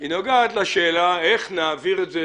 היא נוגעת לשאלה איך להעביר את זה